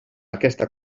aquesta